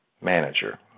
manager